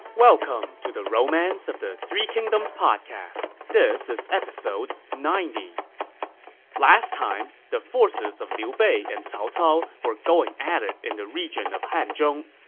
welcome to the romance of the three kingdoms podcast. this is episode ninety point last time, the forces of liu bei and cao cao were going at it in the region of hanzhong.